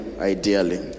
Ideally